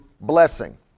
blessing